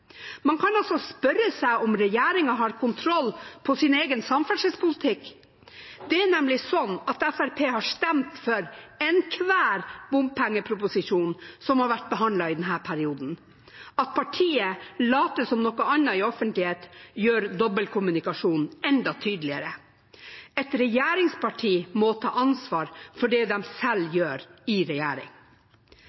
Man kan spørre seg om regjeringen har kontroll på sin egen samferdselspolitikk. Det er nemlig slik at Fremskrittspartiet har stemt for enhver bompengeproposisjon som har vært behandlet i denne perioden. At partiet later som noe annet i offentligheten, gjør dobbeltkommunikasjonen enda tydeligere. Et regjeringsparti må ta ansvar for det de selv